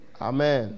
Amen